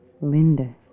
Linda